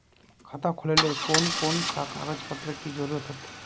खाता खोलेले कौन कौन सा कागज पत्र की जरूरत होते?